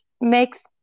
makes